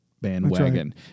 bandwagon